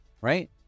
right